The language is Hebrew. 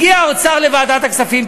הגיע האוצר לוועדת הכספים,